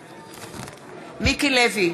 בעד מיקי לוי,